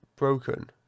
broken